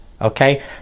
okay